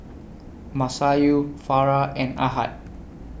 Masayu Farah and Ahad